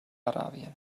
arabien